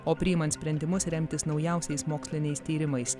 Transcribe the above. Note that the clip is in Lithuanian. o priimant sprendimus remtis naujausiais moksliniais tyrimais